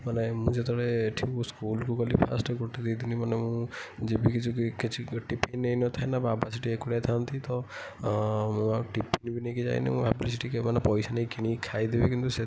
ମାନେ ମୁଁ ଯେତେବେଳେ ଏଠି ମୁଁ ସ୍କୁଲକୁ ଗଲି ଫାର୍ଷ୍ଟ ଗୋଟେ ଦୁଇଦିନ ମାନେ ମୁଁ ଯିବି କି ଯିବି କିଛି ଟିଫିନ୍ ନେଇ ନଥାଏ ନା ବାବା ସେଠି ଏକୁଟିଆ ଥାଆନ୍ତି ତ ମୁଁ ଆଉ ଟିଫିନ୍ ବି ନେଇକି ଯାଇନି ମୁଁ ଭାବିଲି ସେଟି କି ମାନେ ପଇସା ନେଇ କିଣିକି ଖାଇଦେବି କିନ୍ତୁ ସେଠି